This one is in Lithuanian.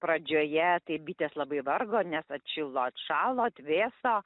pradžioje tai bitės labai vargo nes atšilo atšalo atvėso